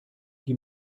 die